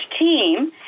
team